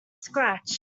scratch